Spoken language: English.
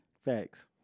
Facts